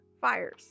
fires